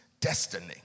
destiny